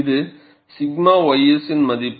இது 𝞂ys இன் மதிப்பு